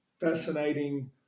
fascinating